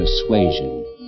persuasion